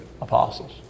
apostles